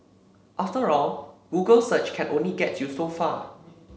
after all Google search can only get you so far